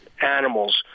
animals